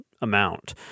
amount